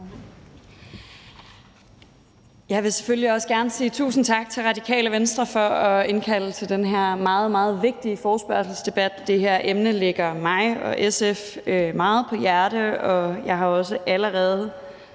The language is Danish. Jeg vil selvfølgelig også gerne sige tusind tak til Radikale Venstre for at indkalde til den her meget, meget vigtige forespørgselsdebat. Det her emne ligger vores hjerte meget nær i SF, og jeg har også allerede